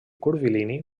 curvilini